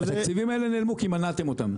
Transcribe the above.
התקציבים האלה נעלמו כי מנעתם אותם.